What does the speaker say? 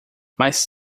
mais